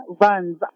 runs